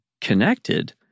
connected